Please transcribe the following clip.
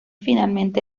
finalmente